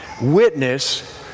witness